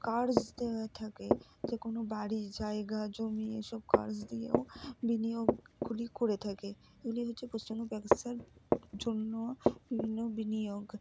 কার্জ দেওয়া থাকে যে কোনো বাড়ির জায়গা জমি এইসব কার্জ দিয়েও বিনিয়োগগুলি করে থাকে এগুলি হচ্ছে পশ্চিমবঙ্গের ব্যবসার জন্য বিভিন্ন বিনিয়োগ